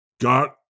got –